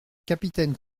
capitaine